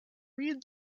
read